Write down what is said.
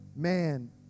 man